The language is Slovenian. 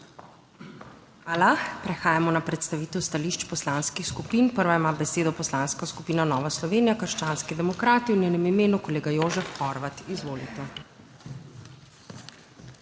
Hvala. Prehajamo na predstavitev stališč poslanskih skupin. Prva ima besedo Poslanska skupina Nova Slovenija - krščanski demokrati, v njenem imenu kolega Jožef Horvat, izvolite.